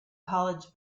college